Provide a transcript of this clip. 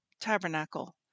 tabernacle